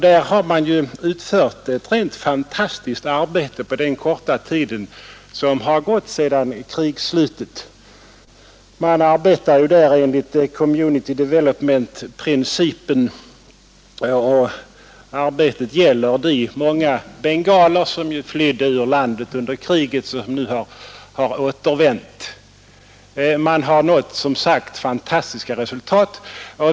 Där har utförts ett rent fantastiskt arbete på den korta tid som gått sedan krigsslutet. Man arbetar där enligt community development-principen, och arbetet gäller de många bengaler som flydde ur landet under kriget och som nu har återvänt. Man har som sagt nått fantastiska resultat.